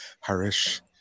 Harish